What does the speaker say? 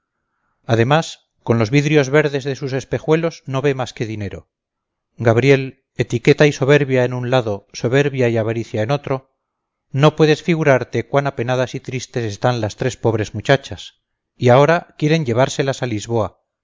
además con los vidrios verdes de sus espejuelos no ve más que dinero gabriel etiqueta y soberbia en un lado soberbia y avaricia en otro no puedes figurarte cuán apenadas y tristes están las tres pobres muchachas y ahora quieren llevárselas a lisboa